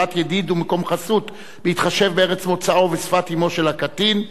בחירת ידיד ומקום חסות בהתחשב בארץ מוצאו ובשפת אמו של הקטין),